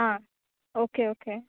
ah okay okay